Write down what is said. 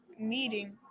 meeting